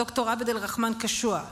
ד"ר עבד אלרחמן קשוע.